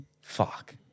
fuck